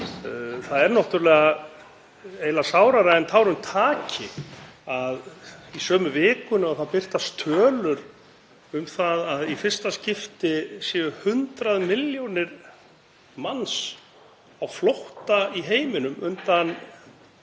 Það er eiginlega sárara en tárum taki að í sömu vikunni og það birtast tölur um að í fyrsta skipti séu 100 milljónir manna á flótta í heiminum undan